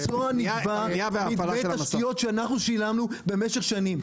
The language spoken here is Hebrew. המסוע נקבעה- -- שאנחנו שילמנו במשך שנים.